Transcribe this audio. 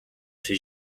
czy